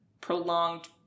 prolonged